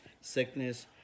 sickness